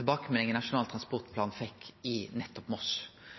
tilbakemeldinga Nasjonal transportplan fekk i nettopp Moss,